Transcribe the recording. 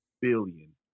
billion